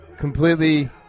Completely